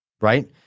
right